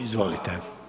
Izvolite.